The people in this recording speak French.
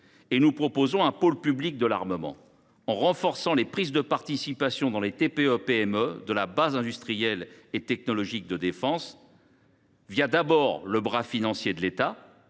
en place d’un pôle public de l’armement, en renforçant les prises de participation dans des TPE PME de la base industrielle et technologique de défense. Cela doit d’abord se faire le bras financier de l’État,